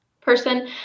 person